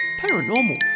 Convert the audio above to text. paranormal